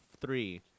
three